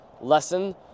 lesson